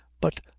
but